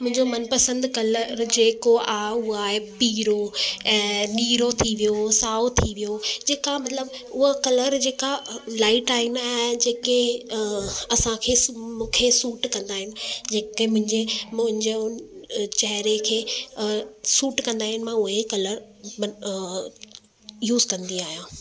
मुंहिंजो मनपसंदि कलर जेको आहे उहो आहे पीरो ऐं नीरो थी वियो साओ थी वियो जेका मतिलबु उहो कलर जेका लाइट आहिनि ऐं जेके असांखे मूंखे सूट कंदा आहिनि जेके मुंहिंजे मुंहिंजो चेहरे खे सूट कंदा आहिनि मां उहे कलर यूस कंदी आहियां